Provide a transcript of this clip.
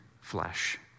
flesh